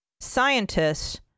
scientists